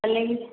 അല്ലെങ്കിൽ